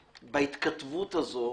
שמתקיימת.